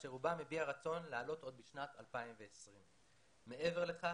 כאשר רובם הביע רצון לעלות עוד בשנת 2020. מעבר לכך,